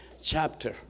chapter